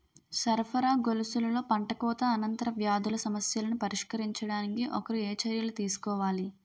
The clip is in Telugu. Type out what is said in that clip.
సరఫరా గొలుసులో పంటకోత అనంతర వ్యాధుల సమస్యలను పరిష్కరించడానికి ఒకరు ఏ చర్యలు తీసుకోవాలి?